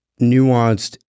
nuanced